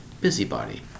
busybody